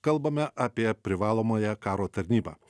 kalbame apie privalomąją karo tarnybą